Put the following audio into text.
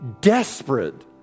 desperate